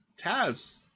Taz